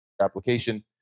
application